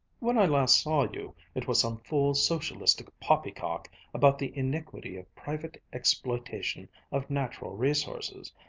when i last saw you, it was some fool socialistic poppycock about the iniquity of private exploitation of natural resources.